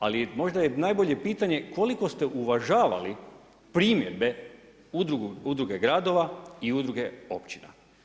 Ali možda je najbolje pitanje koliko ste uvažavali primjedbe udruge gradova i udruga općina?